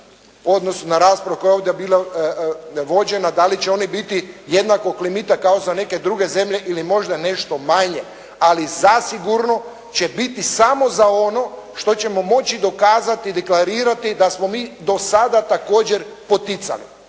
u odnosu na raspravu koja je ovdje bila vođena, da li će oni biti jednakog limita kao za neke druge zemlje ili možda nešto manje, ali zasigurno će biti samo za ono što ćemo moći dokazati i deklarirati da smo mi do sada također poticali.